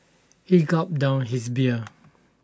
he gulped down his beer